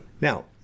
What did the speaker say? Now